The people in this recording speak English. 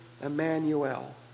Emmanuel